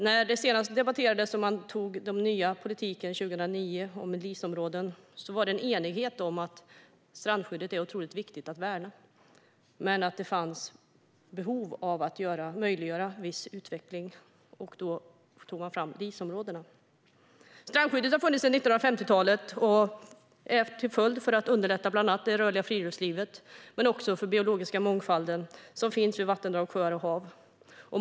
När det senast debatterades och man antog den nya politiken 2009 om LIS-områden rådde det en enighet om att strandskyddet är otroligt viktigt att värna men att det fanns behov av att möjliggöra viss utveckling. Därför tog man fram LIS-områdena. Strandskyddet har funnits sedan 1950-talet, bland annat för att underlätta för det rörliga friluftslivet och för den biologiska mångfald som finns vid vattendrag, sjöar och hav.